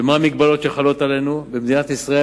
ומה המגבלות שחלות עלינו במדינת ישראל,